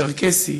צ'רקסי,